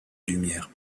lumière